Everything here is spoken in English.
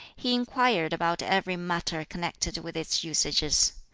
he inquired about every matter connected with its usages.